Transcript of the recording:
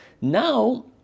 Now